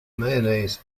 mayonnaise